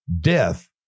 Death